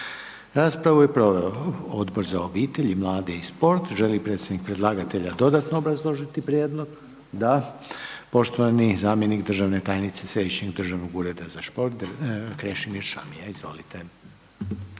Raspravu je proveo Odbor za obitelj, mlade i sport. Želi li predstavnik predlagatelj dodatno obrazložiti prijedlog? Da. Poštovani zamjenik državne tajnice Središnjeg državnog ureda za šport, Krešimir